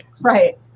Right